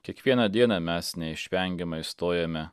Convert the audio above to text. kiekvieną dieną mes neišvengiamai stojame